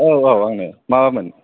औ औ आंनो माबामोन